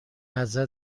ازت